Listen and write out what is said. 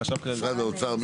משרד האוצר?